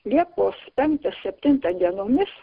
liepos penktą septintą dienomis